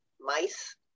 mice